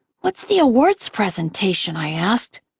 what's the awards presentation? i asked.